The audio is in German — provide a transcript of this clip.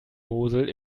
mosel